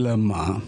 אלה מה,